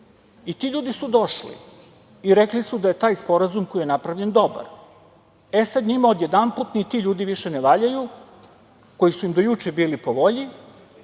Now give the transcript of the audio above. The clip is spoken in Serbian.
Ti ljudi su došli i rekli su da je taj sporazum koji je napravljen dobar. E sad, njima odjedanput ni ti ljudi više ne valjaju, koji su im do juče bili po volji,